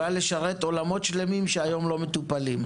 יכולה לשרת עולמות שלמים שהיום לא מטופלים.